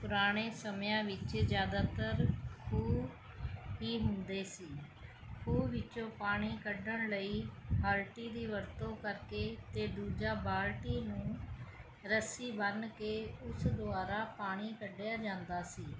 ਪੁਰਾਣੇ ਸਮਿਆਂ ਵਿੱਚ ਜ਼ਿਆਦਾਤਰ ਖੂਹ ਕੀ ਹੁੰਦੇ ਸੀ ਖੂਹ ਵਿੱਚੋਂ ਪਾਣੀ ਕੱਢਣ ਲਈ ਹਲਟੀ ਦੀ ਵਰਤੋਂ ਕਰਕੇ ਅਤੇ ਦੂਜਾ ਬਾਲਟੀ ਨੂੰ ਰੱਸੀ ਬੰਨ ਕੇ ਉਸ ਦੁਆਰਾ ਪਾਣੀ ਕੱਢਿਆ ਜਾਦਾ ਸੀ